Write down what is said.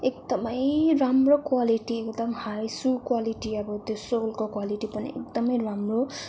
एकदमै राम्रो क्वालिटी एकदम हाई सु क्वालिटी अब त्यो सोलको क्वालिटी पनि एकदमै राम्रो